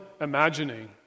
imagining